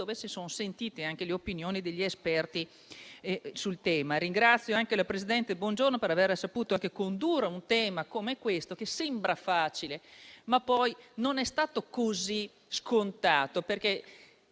di ascoltare le opinioni degli esperti sul tema. Ringrazio anche la presidente Bongiorno per aver saputo condurre un tema come questo che sembra facile, ma non è poi così scontato.